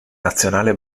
nazionale